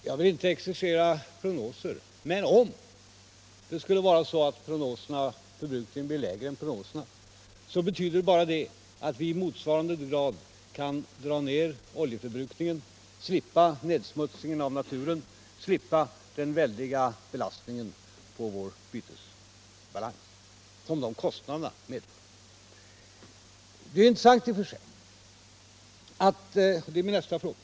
Herr talman! Jag vill inte exercera med prognoser, men om energiförbrukningen blir lägre än vad prognoserna förutsagt, betyder det ju att vi i motsvarande grad kan dra ner oljeförbrukningen och därmed slippa motsvarande nedsmutsning av naturen, förutom den väldiga belastning på vår bytesbalans som kostnaderna medför. Detta är intressant i och för sig, och det blir min nästa fråga.